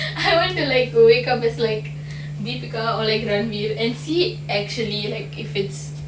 I want to like wake up just like deepika or ranveer and see actually like if it's